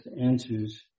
answers